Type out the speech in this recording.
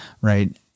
right